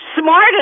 smart